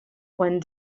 quan